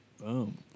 Boom